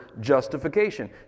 justification